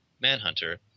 Manhunter